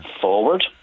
forward